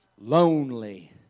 lonely